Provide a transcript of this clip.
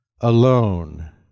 alone